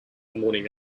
morning